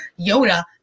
yoda